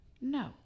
No